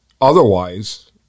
Otherwise